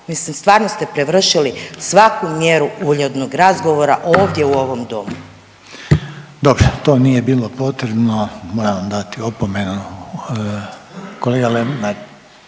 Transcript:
mislim stvarno ste prevršili svaku mjeru uljudnog razgovora ovdje u ovom domu. **Reiner, Željko (HDZ)** Dobro, to nije bilo potrebno, moram vam dati opomenu. Kolega Lenart,